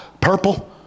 purple